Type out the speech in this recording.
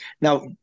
Now